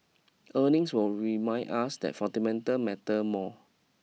earnings will remind us that fundamental matter more